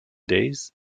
days